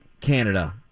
Canada